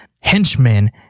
henchmen